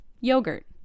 yogurt